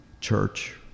church